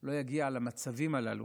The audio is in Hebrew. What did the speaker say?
לא יגיע למצבים הללו,